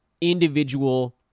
individual